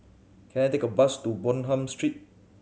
can I take a bus to Bonham Street